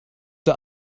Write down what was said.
der